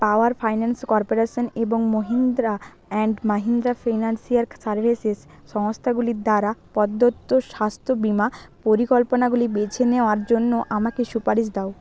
পাওয়ার finance corporation এবং Mahindra and Mahindra ফিনান্সিয়ারক services সংস্থাগুলির দ্বারা প্রদত্ত স্বাস্থ্য বীমা পরিকল্পনাগুলি বেছে নেওয়ার জন্য আমাকে সুপারিশ দাও